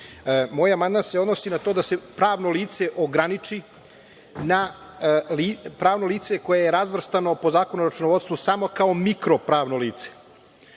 Moj amandman se odnosi na to da se pravno lice ograniči na pravno lice koje je razvrstano po Zakonu o računovodstvu samo kao mikro pravno lice,